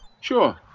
Sure